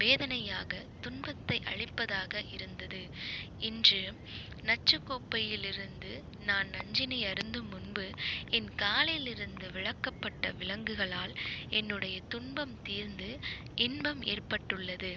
வேதனையாக துன்பத்தை அளிப்பதாக இருந்தது இன்று நச்சிக்கோப்பையில் இருந்து நான் நஞ்சினை அருந்தும் முன்பு என் காலில் இருந்து விலக்கப்பட்ட விலங்குகளால் என்னுடைய துன்பம் தீர்ந்து இன்பம் ஏற்பட்டுள்ளது